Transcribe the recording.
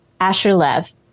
Asherlev